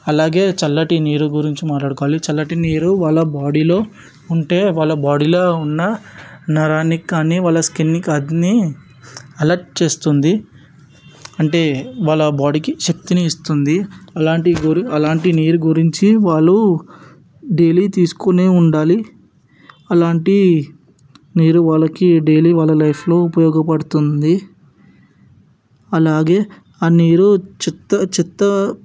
అలాగే చల్లటి నీరు గురించి మాట్లాడుకోవాలి చల్లటి నీరు వాళ్ళ బాడీలో ఉంటే వాళ్ళ బాడీలో ఉన్న నరానికి కానీ వాళ్ళ స్కిన్ కానీ అలర్ట్ చేస్తుంది అంటే వాళ్ళ బాడీకి శక్తిని ఇస్తుంది అలాంటి గురు అలాంటి నీరు గురించి వాళ్ళు డైలీ తీసుకునే ఉండాలి అలాంటి నేను వాళ్లకి డైలీ వాళ్ళ లైఫ్లో ఉపయోగపడుతుంది అలాగే ఆ నీరు చిత్తాచిత్త